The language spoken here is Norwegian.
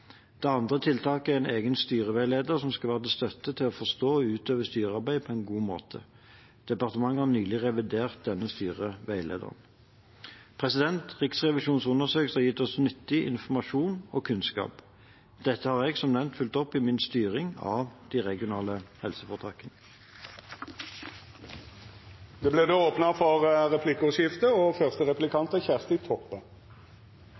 Det andre tiltaket er en egen styreveileder som skal være til støtte for å forstå og utøve styrearbeid på en god måte. Departementet har nylig revidert denne styreveilederen. Riksrevisjonens undersøkelser har gitt oss nyttig informasjon og kunnskap. Dette har jeg som nevnt fulgt opp i min styring av de regionale helseforetakene. Det vert replikkordskifte. Det